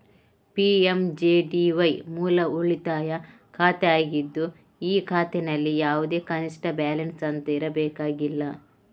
PMJDY ಮೂಲ ಉಳಿತಾಯ ಖಾತೆ ಆಗಿದ್ದು ಈ ಖಾತೆನಲ್ಲಿ ಯಾವುದೇ ಕನಿಷ್ಠ ಬ್ಯಾಲೆನ್ಸ್ ಅಂತ ಇರಬೇಕಾಗಿಲ್ಲ